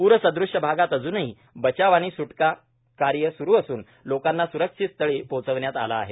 पूरसदृश्य भागात अजूनही बचाव आणि सुटका कार्य सुरू असून लोकांना सुरक्षित स्थळी पोहचवण्यात आलं आहे